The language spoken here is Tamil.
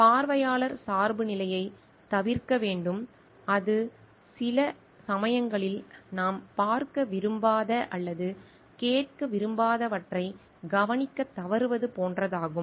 நாம் பார்வையாளர் சார்புநிலையைத் தவிர்க்க வேண்டும் அது சில சமயங்களில் நாம் பார்க்க விரும்பாத அல்லது கேட்க விரும்பாதவற்றை கவனிக்கத் தவறுவது போன்றதாகும்